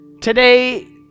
today